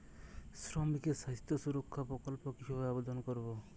শ্রমিকের স্বাস্থ্য সুরক্ষা প্রকল্প কিভাবে আবেদন করবো?